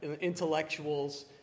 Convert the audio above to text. intellectuals